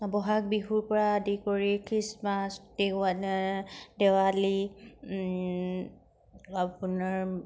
বহাগ বিহুৰ পৰা আদি কৰি খ্ৰীষ্টমাছ দেৱালী আপোনাৰ